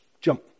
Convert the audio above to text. jump